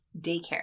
daycare